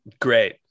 Great